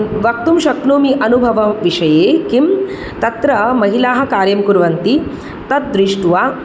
वक्तुं शक्नोमि अनुभवविषये किं तत्र महिलाः कार्यं कुर्वन्ति तद् दृष्ट्वा